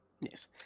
Yes